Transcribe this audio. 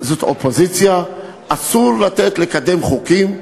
זאת האופוזיציה, אסור לתת לקדם חוקים,